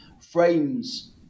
frames